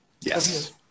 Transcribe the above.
Yes